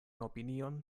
opinion